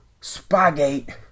spygate